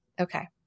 Okay